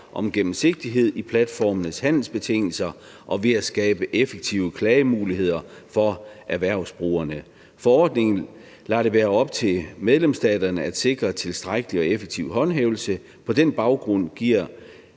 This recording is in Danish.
om gennemsigtighed i platformenes handelsbetingelser og ved at skabe effektive klagemuligheder for erhvervsbrugerne. Forordningen lader det være op til medlemsstaterne at sikre en tilstrækkelig og effektiv håndhævelse – på den baggrund giver